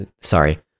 sorry